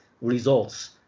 results